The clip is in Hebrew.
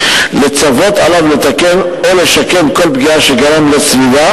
לצוות עליו לתקן או לשקם כל פגיעה שגרם לסביבה